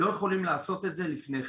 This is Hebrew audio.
לא יכולים לעשות את זה לפני כן.